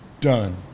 done